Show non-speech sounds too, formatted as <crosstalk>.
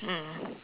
mm <breath>